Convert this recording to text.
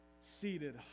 seated